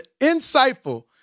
insightful